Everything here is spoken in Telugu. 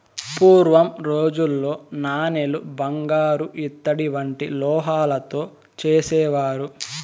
పూర్వం రోజుల్లో నాణేలు బంగారు ఇత్తడి వంటి లోహాలతో చేసేవారు